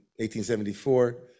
1874